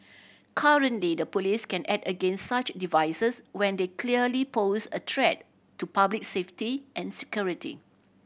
currently the police can act against such devices when they clearly pose a threat to public safety and security